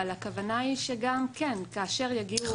אבל הכוונה היא שכאשר יגיעו --- אנחנו